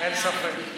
אין ספק.